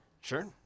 Sure